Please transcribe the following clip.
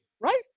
right